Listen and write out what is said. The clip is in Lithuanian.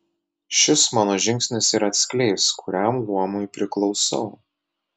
šis mano žingsnis ir atskleis kuriam luomui priklausau